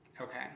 Okay